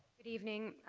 good evening.